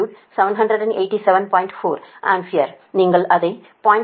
4 ampere நீங்கள் அதை 0